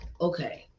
okay